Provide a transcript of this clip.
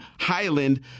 Highland